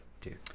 dude